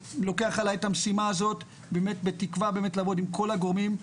אני לוקח עליי את המשימה הזאת בתקווה באמת לעבוד עם כל הגורמים.